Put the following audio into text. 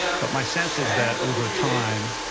but my sense is that, over time,